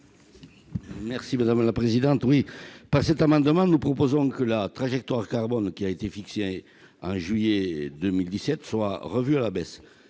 M. Roland Courteau. À travers cet amendement, nous proposons que la trajectoire carbone qui a été fixée en juillet 2017 soit revue à la baisse.